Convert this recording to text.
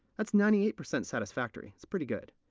that's ninety eight percent satisfactory. pretty good.